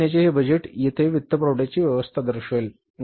जून महिन्याचे हे बजेट येथे वित्तपुरवठ्याची व्यवस्था दर्शवेल